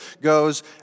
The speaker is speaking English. goes